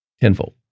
tenfold